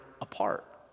apart